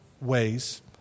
ways